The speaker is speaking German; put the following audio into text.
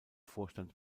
vorstand